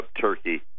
turkey